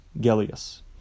Gellius